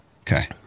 Okay